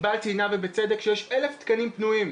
ענבל ציינה ובצדק שיש 1,000 תקנים פנויים.